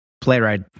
playwright